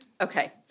Okay